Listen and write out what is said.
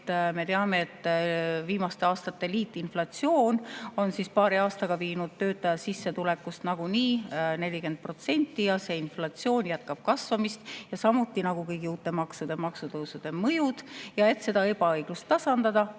me teame, viimaste aastate liitinflatsioon on paari aastaga viinud töötaja sissetulekust nagunii 40% ja see inflatsiooni jätkab kasvamist, samuti on kõigil uutel maksudel ja maksutõusudel [teatud] mõju. Et seda ebaõiglust tasandada,